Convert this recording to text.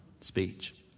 speech